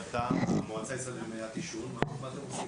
מה אתם עושים?